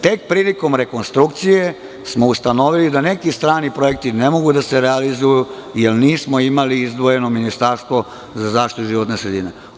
Tek prilikom rekonstrukcije smo ustanovili da neki strani projekti ne mogu da se realizuju jer nismo imali izdvojeno Ministarstvo za zaštitu životne sredine.